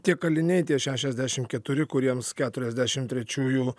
tie kaliniai tie šešiasdešim keturi kuriems keturiasdešim trečiųjų